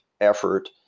effort